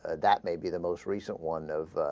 that may be the most recent one of